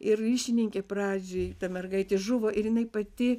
ir ryšininkė pradžiai ta mergaitė žuvo ir jinai pati